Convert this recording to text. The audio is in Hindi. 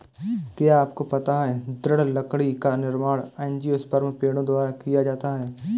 क्या आपको पता है दृढ़ लकड़ी का निर्माण एंजियोस्पर्म पेड़ों द्वारा किया जाता है?